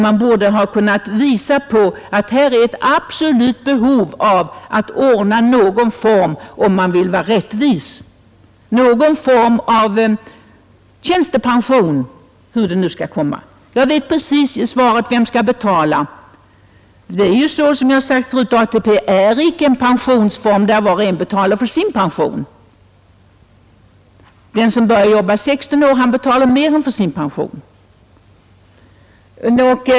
Man borde ha kunnat visa på att här finns ett absolut behov att, om man vill vara rättvis, ordna någon form av tjänstepension. Jag vet precis vad svaret blir: Vem skall betala? Det är emellertid, som jag har sagt förut, så att ATP inte är en pensionsform där var och en betalar för sin pension. Den som börjar jobba när han är 16 år betalar mer än för sin pension.